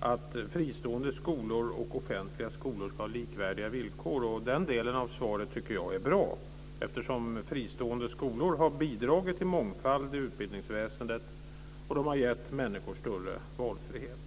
att fristående skolor och offentliga skolor ska ha likvärdiga villkor. Den delen av svaret tycker jag är bra, eftersom fristående skolor har bidragit till mångfald i utbildningsväsendet och gett människor större valfrihet.